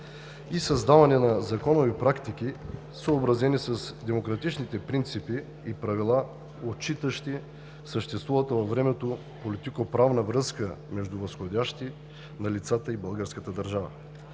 и създаване на законови практики, съобразени с демократичните принципи и правила, отчитащи съществуващата във времето политико-правна връзка между лицата и българската държава,